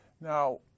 Now